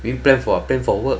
we plan for plan for work